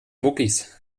muckis